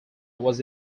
was